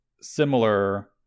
similar